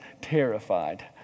terrified